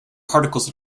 particles